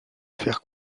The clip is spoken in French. faire